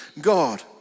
God